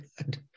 God